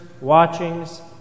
watchings